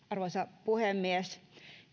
arvoisa puhemies